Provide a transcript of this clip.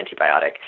antibiotic